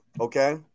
Okay